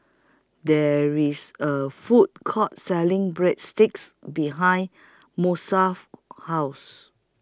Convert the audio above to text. There IS A Food Court Selling Breadsticks behind Masako's House